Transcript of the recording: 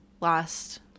last